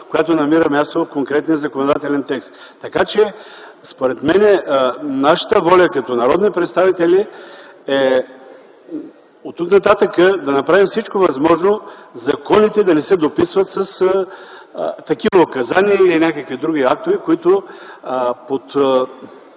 която намира място в конкретният законодателен текст. Така че, според мен, нашата воля като народни представители е оттук нататък да направим всичко възможно законите да не се дописват с такива указания или някакви други актове, с които под